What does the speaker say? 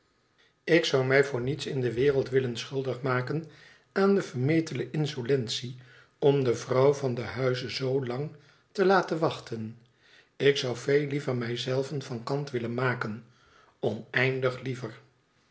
ik zou mij voor niets in de wereld willen schuldig maken aan de vermetele insolentie om de vrouw van den huize zoo lang te laten wachten ik zou veel liever mij zelven van kant willen maken oneindig liever